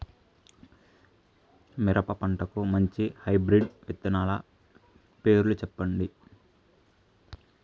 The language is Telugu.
మిరప పంటకు మంచి హైబ్రిడ్ విత్తనాలు పేర్లు సెప్పండి?